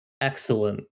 Excellent